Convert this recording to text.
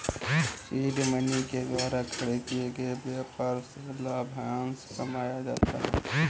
seed money के द्वारा खड़े किए गए व्यापार से लाभांश कमाया जाता है